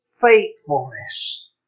faithfulness